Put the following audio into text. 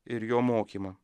ir jo mokymą